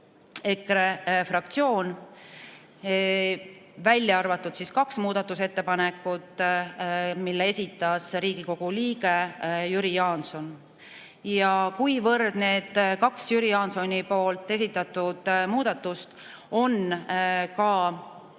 EKRE fraktsioon, välja arvatud kaks muudatusettepanekut, mille esitas Riigikogu liige Jüri Jaanson. Kuivõrd need kaks Jüri Jaansoni esitatud muudatust on